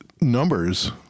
numbers